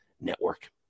Network